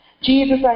Jesus